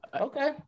Okay